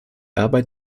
arbeit